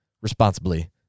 responsibly